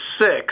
Six